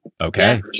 okay